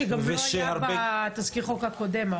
שגם לא היה בתזכיר החוק הקודם.